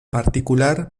particular